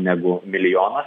negu milijoną